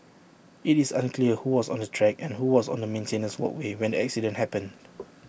IT is unclear who was on the track and who was on the maintenance walkway when the accident happened